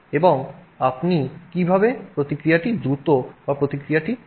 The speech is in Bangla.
এবং আপনি কীভাবে একটি প্রতিক্রিয়াটি দ্রুত বা প্রতিক্রিয়াটি ধীর করতে পারেন